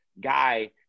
guy